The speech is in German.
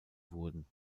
wurden